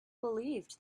believed